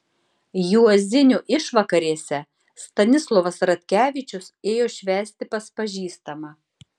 juozinių išvakarėse stanislovas ratkevičius ėjo švęsti pas pažįstamą